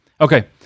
Okay